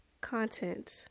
content